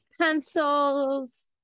Pencils